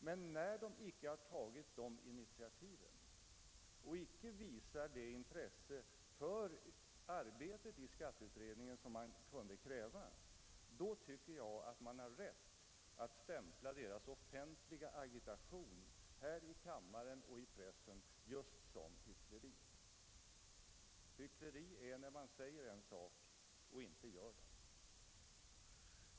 Men när de icke tagit dessa initiativ och inte visar det intresse för arbetet i skatteutredningen som man kunde kräva, då tycker jag att man har rätt att stämpla deras offentliga agitation här i kammaren och i pressen just som hyckleri. Hyckleri är att säga en sak men inte göra den.